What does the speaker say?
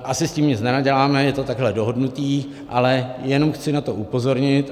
Asi s tím nic nenaděláme, je to takhle dohodnuté, ale jenom chci na to upozornit.